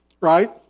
right